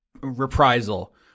reprisal